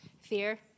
Fear